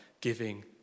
giving